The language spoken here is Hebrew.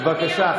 בבקשה.